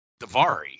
Davari